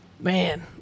man